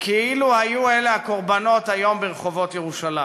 כאילו היו הקורבנות היום ברחובות ירושלים.